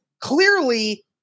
clearly